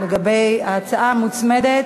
ההצעה מוצמדת,